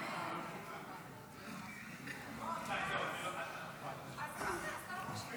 איפה שר